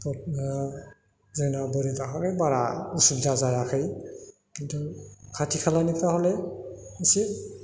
जोंनाव बोरिनि थाखायनो बारा असुबिदा जायाखै खिन्तु खाथि खालानिफ्रा हले इसे